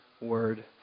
word